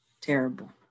terrible